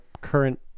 current